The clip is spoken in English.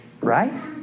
Right